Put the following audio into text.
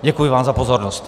Děkuji vám za pozornost.